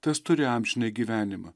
tas turi amžinąjį gyvenimą